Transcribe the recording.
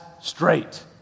straight